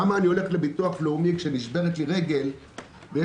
כשאני הולך לביטוח הלאומי כשנשברת לי רגל יש